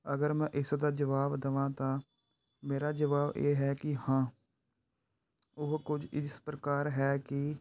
ਅਗਰ ਮੈਂ ਇਸ ਦਾ ਜਵਾਬ ਦੇਵਾਂ ਤਾਂ ਮੇਰਾ ਜਵਾਬ ਇਹ ਹੈ ਕਿ ਹਾਂ ਉਹ ਕੁਝ ਇਸ ਪ੍ਰਕਾਰ ਹੈ ਕਿ